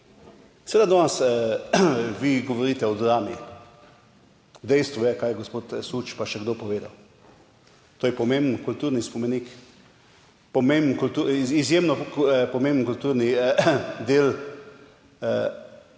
seveda danes vi govorite o drami. Dejstvo je, kar je gospod Suč, pa še kdo, povedal. To je pomemben kulturni spomenik, izjemno pomemben kulturni del